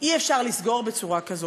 אי-אפשר לסגור בצורה כזאת,